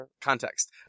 context